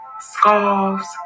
scarves